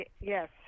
yes